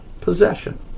possession